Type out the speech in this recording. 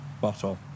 bottle